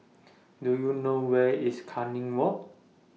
Do YOU know Where IS Canning Walk